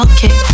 Okay